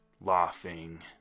laughing